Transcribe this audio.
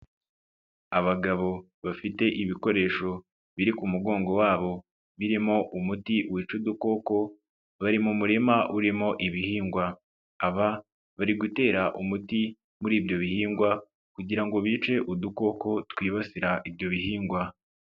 Abagabo bafite ibikoresho biri ku mugongo wabo birimo umuti wica udukoko bari mu murima urimo ibihingwa, aba bari gutera umuti muri ibyo bihingwa kugira ngo bice udukoko twibasira ibyo bihingwa.